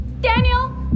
Daniel